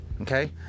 okay